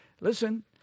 listen